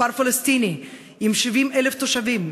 כפר פלסטיני עם 70,000 תושבים.